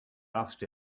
asked